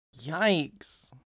Yikes